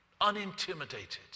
Unintimidated